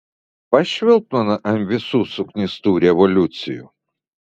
pašvilpt man ant visų suknistų revoliucijų